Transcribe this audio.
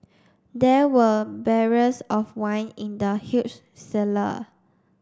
there were barrels of wine in the huge cellar